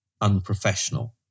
unprofessional